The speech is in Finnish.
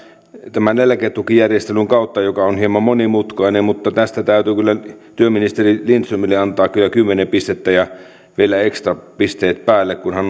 tämän eläketukijärjestelyn kautta joka on hieman monimutkainen mutta tästä täytyy kyllä työministeri lindströmille antaa kymmenen pistettä ja vielä ekstrapisteet päälle kun hän